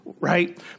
right